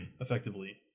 Effectively